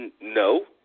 No